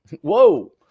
whoa